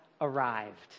arrived